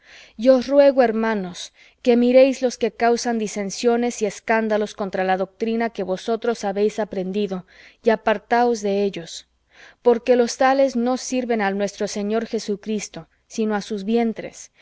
os ruego hermanos que miréis los que causan disensiones y escándalos contra la doctrina que vosotros habéis aprendido y apartaos de ellos porque los tales no sirven al señor nuestro jesucristo sino á sus vientres